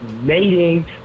mating